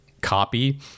copy